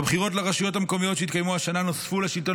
בבחירות לרשויות המקומיות שהתקיימו השנה נוספו לשלטון